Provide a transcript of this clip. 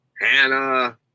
Hannah